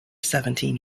seventeen